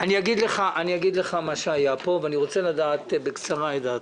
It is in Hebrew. אגיד לך מה היה פה ואני רוצה לדעת בקצרה את דעתך.